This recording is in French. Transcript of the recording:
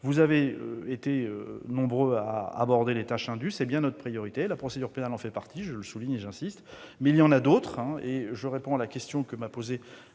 Vous avez été nombreux à aborder les tâches indues, c'est bien notre priorité. La procédure pénale en fait partie- je le souligne et j'y insiste -, mais il y en a d'autres. En réponse à la question de Jean-Pierre